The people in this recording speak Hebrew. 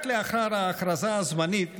רק לאחר ההכרזה הזמנית,